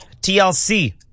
TLC